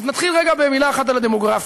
אז נתחיל רגע במילה אחת על הדמוגרפיה.